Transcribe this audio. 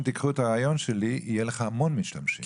תקחו את הרעיון שלי יהיו לך המון משתמשים,